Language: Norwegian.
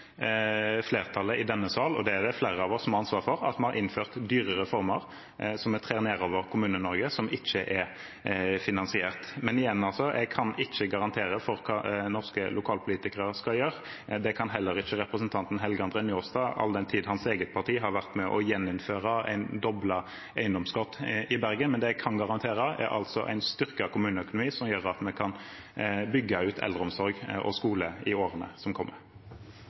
flertallet i denne sal – og det er det flere av oss som har ansvar for – har innført dyre reformer som vi trer nedover Kommune-Norge, og som ikke er finansiert. Men igjen: Jeg kan ikke garantere for hva norske lokalpolitikere skal gjøre. Det kan heller ikke representanten Helge André Njåstad, all den tid hans eget parti har vært med på å gjeninnføre en doblet eiendomsskatt i Bergen. Det jeg kan garantere, er en styrket kommuneøkonomi som gjør at vi kan bygge ut eldreomsorg og skole i årene som kommer.